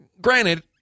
granted